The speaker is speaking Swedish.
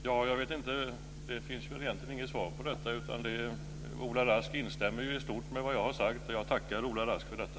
Fru talman! Det finns egentligen inget svar på detta. Ola Rask instämmer i stort med vad jag har sagt, och jag tackar Ola Rask för detta.